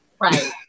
Right